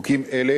חוקים אלה